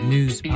News